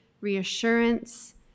reassurance